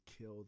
kill